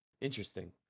interesting